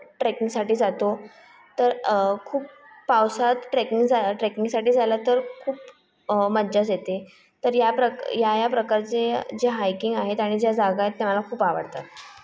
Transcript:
ट्रेकिंगसाठी जातो तर खूप पावसाळ्यात ट्रेकिंग ट्रेकिंगसाठी जायला तर खूप मज्जाच येते तर या प्रक् या या प्रकारचे जे हाइकिंग आहेत आणि ज्या जागा आहेत त्या मला खूप आवडतात